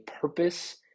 purpose